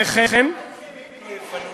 וכן, מה יקרה אם הם לא יפנו?